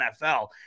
NFL